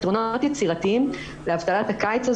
פתרונות מאוד יצירתיים לאבטלת הקיץ,